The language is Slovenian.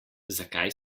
zakaj